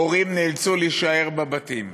הורים נאלצו להישאר בבתים.